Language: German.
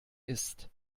ist